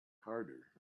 harder